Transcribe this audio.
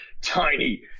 Tiny